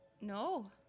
No